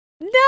No